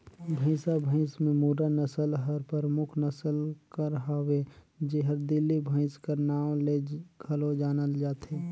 भंइसा भंइस में मुर्रा नसल हर परमुख नसल कर हवे जेहर दिल्ली भंइस कर नांव ले घलो जानल जाथे